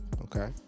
Okay